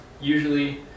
Usually